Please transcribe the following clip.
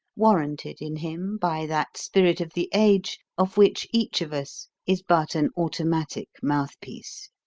warranted in him by that spirit of the age, of which each of us is but an automatic mouthpiece.